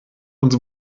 uns